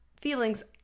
feelings